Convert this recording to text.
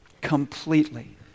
Completely